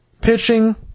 pitching